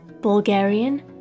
Bulgarian